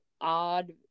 odd